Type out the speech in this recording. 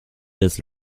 des